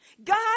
God